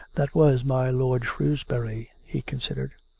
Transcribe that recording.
that was my lord shrewsbury, he considered.